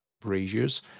braziers